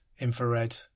infrared